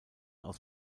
aus